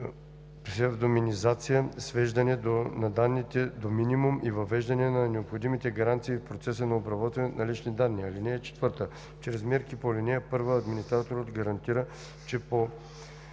псевдонимизация, свеждане на данните до минимум и въвеждане на необходими гаранции в процеса на обработване на лични данни. (4) Чрез мерки по ал. 1 администраторът гарантира, че по